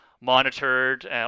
monitored